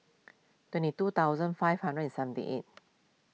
twenty two thousand five hundred and seventy eight